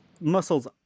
muscles